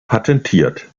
patentiert